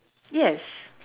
yes